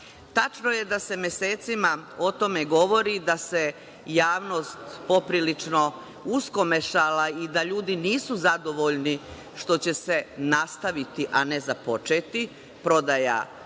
je da se mesecima o tome govori i da se javnost poprilično uskomešala i da ljudi nisu zadovoljni što će se nastaviti, a ne započeti prodaja naše